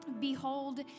Behold